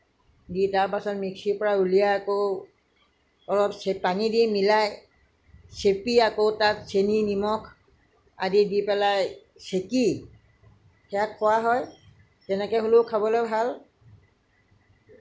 দি তাৰ পাছত মিক্সিৰ পৰা উলিয়াই আকৌ অলপ চে পানী দি মিলাই চেপি আকৌ তাত চেনি নিমখ আদি দি পেলাই চেকি সেয়া খোৱা হয় তেনেকৈ হ'লেও খাবলৈ ভাল